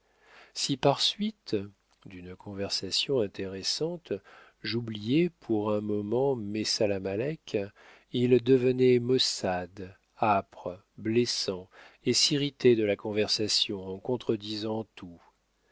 si par suite d'une conversation intéressante j'oubliais pour un moment mes salamalek il devenait maussade âpre blessant et s'irritait de la conversation en contredisant tout